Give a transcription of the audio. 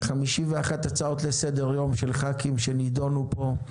51 הצעות לסדר-יום של ח"כים שנידונו פה,